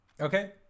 Okay